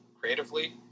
creatively